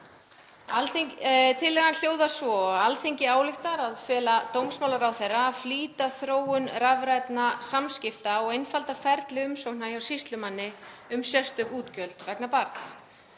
Tillagan hljóðar svo: „Alþingi ályktar að fela dómsmálaráðherra að flýta þróun rafrænna samskipta og einfalda ferli umsókna hjá sýslumanni um sérstök útgjöld vegna barns.